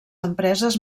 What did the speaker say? empreses